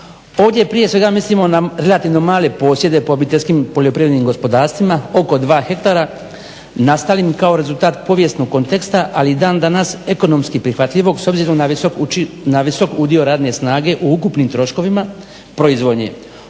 Ovdje je prije svega mislimo na relativno male posjede po obiteljskim poljoprivrednim gospodarstvima oko dva ha nastalim kao rezultat povijesnog konteksta ali i dan danas ekonomski prihvatljivog s obzirom na visok udio radne snage u ukupnim troškovima proizvodnje.